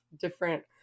different